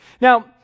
Now